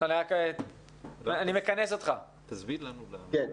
שיסביר למה